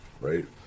right